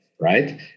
right